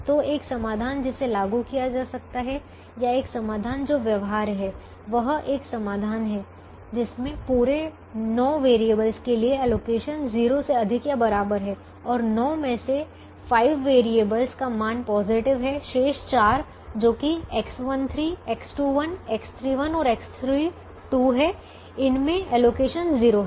तो एक समाधान जिसे लागू किया जा सकता है या एक समाधान जो व्यवहार्य है वह एक समाधान है जिसमें पूरे 9 वेरिएबल्स के लिए एलोकेशन 0 से अधिक या बराबर है और 9 में से 5 वेरिएबल्स का मान पॉजिटिव हैं शेष 4 जो की X13 X21 X31 और X32 है इनमे एलोकेशन 0 हैं